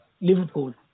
Liverpool